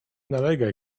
nalegaj